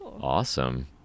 awesome